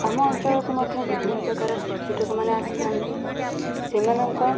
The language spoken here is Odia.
ଆମ ଅଞ୍ଚଳକୁ ମଧ୍ୟ ବିଭିନ୍ନ ପ୍ରକାର ପର୍ଯ୍ୟଟକମାନେ ଆସିଥାନ୍ତି ସେମାନଙ୍କ